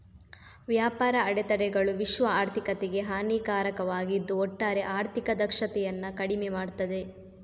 ವ್ಯಾಪಾರ ಅಡೆತಡೆಗಳು ವಿಶ್ವ ಆರ್ಥಿಕತೆಗೆ ಹಾನಿಕಾರಕವಾಗಿದ್ದು ಒಟ್ಟಾರೆ ಆರ್ಥಿಕ ದಕ್ಷತೆಯನ್ನ ಕಡಿಮೆ ಮಾಡ್ತದೆ